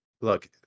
look